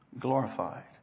glorified